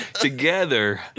Together